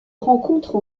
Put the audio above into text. rencontrent